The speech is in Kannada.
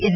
ಎಂ